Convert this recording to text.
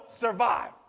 survive